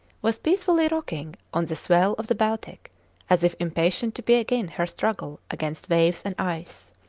was peacefully rocking on the swell of the baltic as if impatient to begin her struggle against waves and ice.